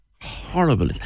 Horrible